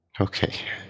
Okay